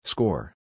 Score